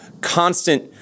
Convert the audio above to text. constant